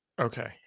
Okay